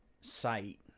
site